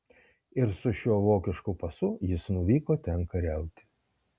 ir su šiuo vokišku pasu jis nuvyko ten kariauti